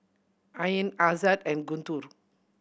Ain Aizat and Guntur